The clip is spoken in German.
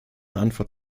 antwort